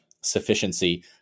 sufficiency